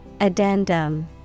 Addendum